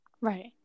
Right